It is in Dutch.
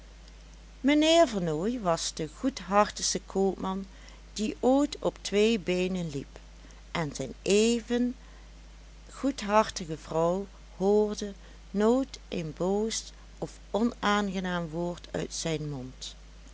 mijnheer vernooy was de goedhartigste koopman die ooit op twee beenen liep en zijne even goedhartige vrouw hoorde nooit een boos of onaangenaam woord uit zijn mond